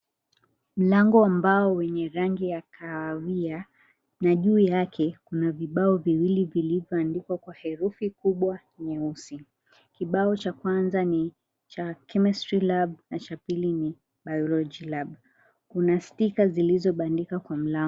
Mlango wa mbao wenye rangi ya kahawia, na juu yake kuna vibao viwili vilivyoandikwa kwa herufi kubwa nyeusi. Kibao cha kwanza ni cha Chemistry Lab na cha pili ni Biology Lab. Kuna sticker zilizobandikwa kwa mlango.